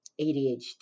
ADHD